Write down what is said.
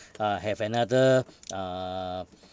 uh have another uh